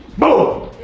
boo!